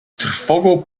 trwogą